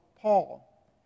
Paul